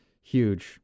huge